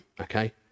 Okay